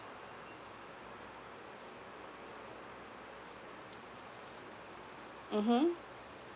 mmhmm